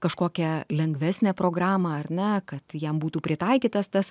kažkokią lengvesnę programą ar na kad jam būtų pritaikytas tas